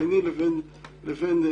ביני לבין דינה,